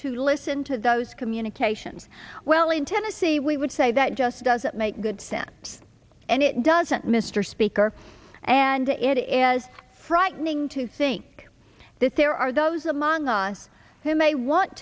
to listen to those communications well in tennessee we would say that just doesn't make good sense and it doesn't mr speaker and it is frightening to think that there are those among us who may want